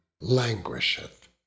languisheth